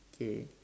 okay